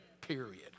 period